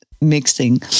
mixing